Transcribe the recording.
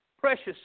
precious